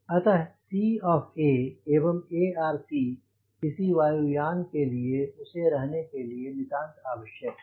अतः C of A एवं ARC किसी वायु यान के उसे रहने के लिए नितांत आवश्यक है